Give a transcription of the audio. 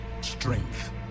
strength